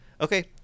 Okay